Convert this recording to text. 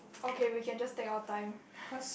okay we can just take our time